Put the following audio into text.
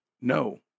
no